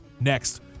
next